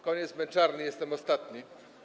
Koniec męczarni, jestem ostatni.